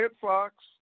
Fox